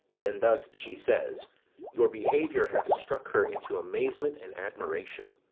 then thus she says your behaviour hath struck her into amazement and admiration.